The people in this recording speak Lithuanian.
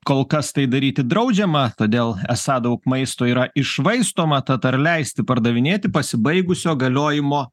kol kas tai daryti draudžiama todėl esą daug maisto yra iššvaistoma tad ar leisti pardavinėti pasibaigusio galiojimo